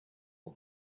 all